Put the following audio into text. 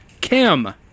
Kim